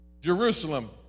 Jerusalem